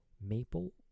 Maple